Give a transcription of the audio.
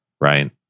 right